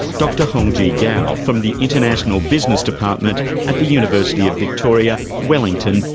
dr hongzhi gao, from the international business department at the university of victoria, wellington,